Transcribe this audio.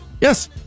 Yes